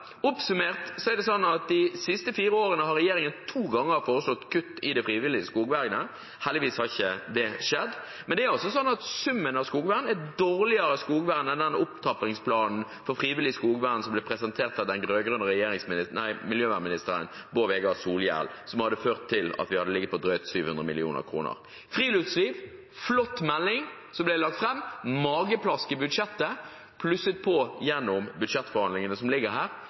Oppsummert er det slik at de siste fire årene har regjeringen to ganger foreslått kutt i det frivillige skogvernet. Heldigvis har ikke det skjedd. Men det er altså slik at summen av skogvern er dårligere skogvern enn med den opptrappingsplanen for frivillig skogvern som ble presentert av den rød-grønne miljøvernministeren Bård Vegar Solhjell, og som hadde ført til at vi hadde ligget på drøyt 700 mill. kr. Friluftsliv: En flott melding ble lagt fram, og et mageplask i budsjettet ble plusset på gjennom budsjettforhandlingene som ligger her.